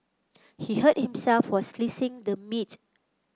he hurt himself while the meat